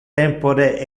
tempore